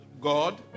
God